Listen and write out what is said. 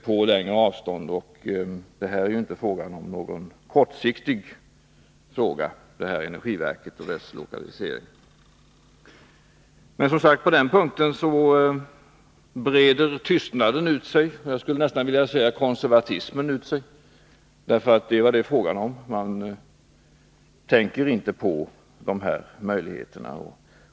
Och energiverkets lokalisering är inte någon kortsiktig fråga. Men på denna punkt breder, som sagt, tystnaden ut sig. Jag skulle vilja säga att även konservatismen breder ut sig, för det är vad det är fråga om — man tänker inte på dessa möjligheter.